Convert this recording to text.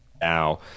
now